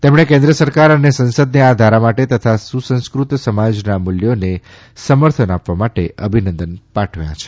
તેમણે કેન્દ્ર સરકાર અને સંસદને આ ધારા માટે તથા સુસંસ્કૃત સમાજના મુલ્યોને સમર્થન આપવા માટે અભિનંદન પાઠવ્યા છે